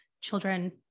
children